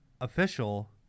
official